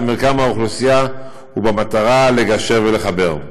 מרקם האוכלוסייה ובמטרה לגשר ולחבר.